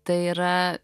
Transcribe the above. tai yra